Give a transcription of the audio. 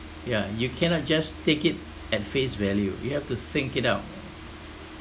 ya you cannot just take it at face value you have to think it out